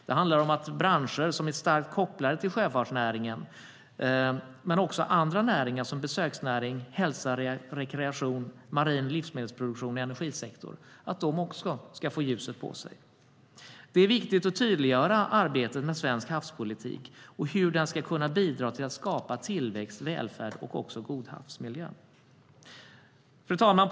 Det handlar om att branscher som är starkt kopplade till sjöfartsnäringen men också andra näringar som besöksnäringen, hälsa och rekreation, marin livslivsmedelsproduktion och energisektor också ska få ljuset på sig. Det är viktigt att tydliggöra arbetet med svensk havspolitik och hur den ska kunna bidra till att skapa tillväxt, välfärd och också god havsmiljö. Fru talman!